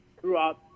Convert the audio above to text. throughout